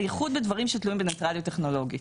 בייחוד בדברים שתלויים בניטרליות טכנולוגית.